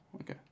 Okay